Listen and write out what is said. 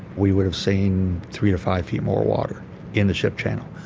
we would've seen three to five feet more water in the ship channel,